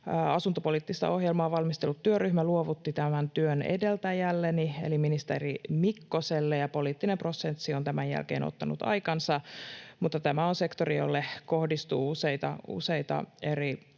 Asuntopoliittista ohjelmaa valmistellut työryhmä luovutti tämän työn edeltäjälleni eli ministeri Mikkoselle, ja poliittinen prosessi on tämän jälkeen ottanut aikansa. Tämä on sektori, jolle kohdistuu useita eri